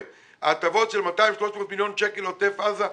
ההטבות של 300-200 מיליון שקלים לעוטף עזה,